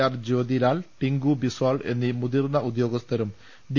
R Jyothi Lal Tinku Biswal എന്നീ മുതിർന്ന ഉദ്യോഗസ്ഥരും ഡി